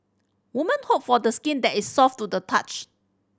woman hope for skin that is soft to the touch